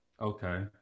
Okay